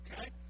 okay